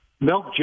milk